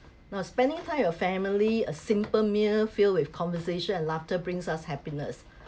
now spending time with your family a simple meal filled with conversation and laughter brings us happiness